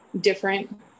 different